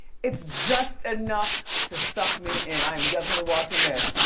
it's just enough to suck me in. i am definitely watching this.